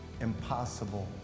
impossible